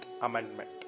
Amendment